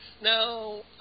Now